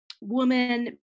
woman